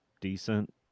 decent